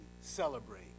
celebrate